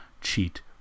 cheat